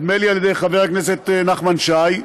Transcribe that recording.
נדמה לי על-ידי חבר הכנסת נחמן שי,